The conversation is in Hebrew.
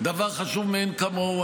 דבר חשוב מאין כמוהו.